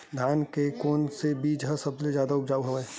धान के कोन से बीज ह सबले जादा ऊपजाऊ हवय?